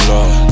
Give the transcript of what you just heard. Lord